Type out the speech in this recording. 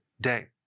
day